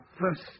first